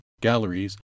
galleries